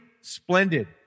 splendid